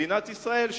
במדינת ישראל,